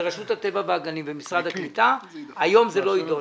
רשות הטבע והגנים ומשרד הקליטה היום זה לא יידון.